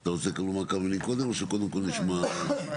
אתה רוצה לומר כמה מילים קודם או שקודם כל נשמע אותם?